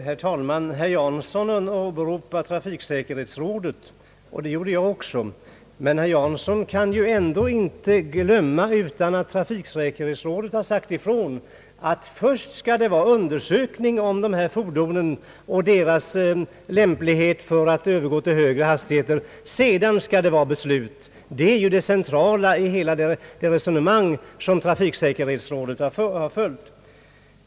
Herr talman! Herr Jansson åberopade trafiksäkerhetsrådet, och det gjorde jag också. Herr Jansson kan ju inte ha glömt att trafiksäkerhetsrådet sagt att det först skall göras en undersökning om dessa fordon och deras lämplighet för att övergå till högre hastighet, innan något beslut fattas. Detta är det centrala i hela det resonemang som trafiksäkerhetsrådet har fört.